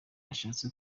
ashatse